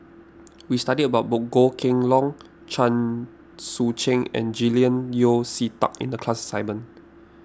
we studied about Goh Kheng Long Chen Sucheng and Julian Yeo See Teck in the class assignment